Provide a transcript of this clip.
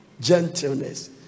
Gentleness